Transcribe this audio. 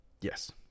yes